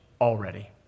already